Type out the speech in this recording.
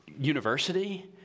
university